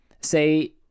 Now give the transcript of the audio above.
say